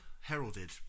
heralded